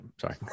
sorry